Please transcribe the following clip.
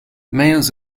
males